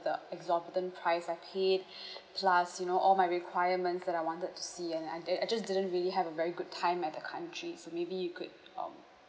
the exorbitant price I paid plus you know all my requirements that I wanted to see and I di~ I just didn't really have a very good time at the country so maybe you could um